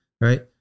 right